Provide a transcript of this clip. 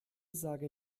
sage